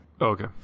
Okay